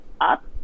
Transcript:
up